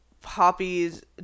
Poppy's